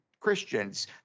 Christians